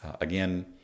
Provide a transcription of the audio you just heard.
Again